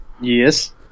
Yes